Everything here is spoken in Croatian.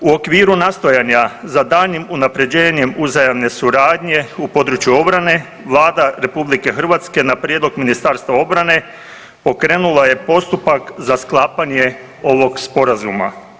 U okviru nastojanja za daljnjim unaprjeđenjem uzajamne suradnje u području obrane, Vlada RH na prijedlog Ministarstva obrane pokrenula je postupak za sklapanje ovog Sporazuma.